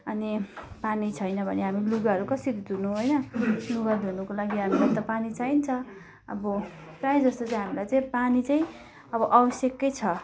अनि पानी छैन भने हामी लुगाहरू कसरी धुनु होइन लुगा धुनुको लागि हामीलाई त पानी चाहिन्छ अब प्रायःजस्तो चाहिँ हामीलाई चाहिँ पानी चाहिँ अब आवश्यकै छ